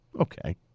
Okay